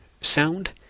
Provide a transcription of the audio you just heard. sound